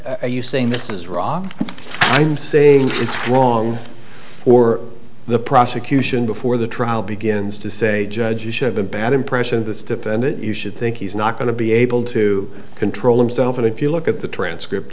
just you saying this is wrong i'm saying it's wrong for the prosecution before the trial begins to say judge you should have a bad impression of this defendant you should think he's not going to be able to control himself and if you look at the transcript